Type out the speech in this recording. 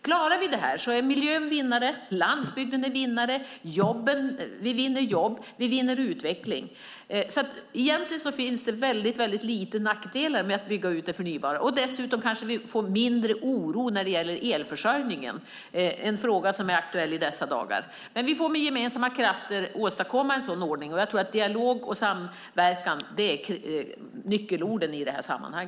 Klarar vi detta är miljön och landsbygden vinnare. Vi vinner jobb, och vi vinner utveckling. Egentligen finns det få nackdelar med att bygga ut det förnybara. Dessutom kanske vi får mindre oro när det gäller elförsörjningen som är en aktuell fråga i dessa dagar. Men vi får med gemensamma krafter åstadkomma en sådan ordning, och jag tror att dialog och samverkan är nyckelorden i detta sammanhang.